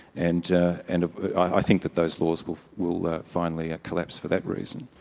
and and i think that those laws will will finally ah collapse for that reason.